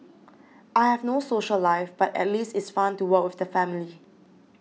I have no social life but at least it's fun to work with the family